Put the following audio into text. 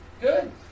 Good